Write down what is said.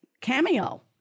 cameo